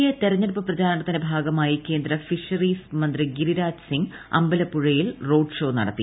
A തെരഞ്ഞെടുപ്പ് പ്രചര്ണത്തിന്റെ ഭാഗമായി കേന്ദ്ര ഫിഷറീസ് മന്ത്രി ഗിരിരാജ് സ്ീങ്ങ് അമ്പലപ്പുഴയിൽ റോഡ് ഷോ നടത്തി